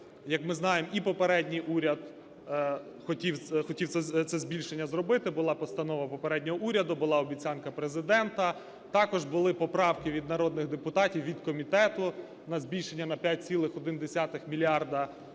Як ми знаємо, і попередній уряд хотів це збільшення зробити, була постанова попереднього уряду, була обіцянка Президента. Також були поправки від народних депутатів, від комітету на збільшення на 5,1 мільярда